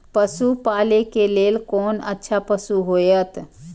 पशु पालै के लेल कोन अच्छा पशु होयत?